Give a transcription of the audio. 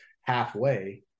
halfway